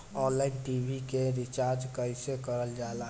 Online TV के recharge कईसे करल जाला?